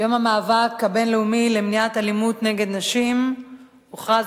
יום המאבק הבין-לאומי למניעת אלימות נגד נשים הוכרז